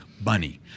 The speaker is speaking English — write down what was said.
bunny